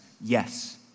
yes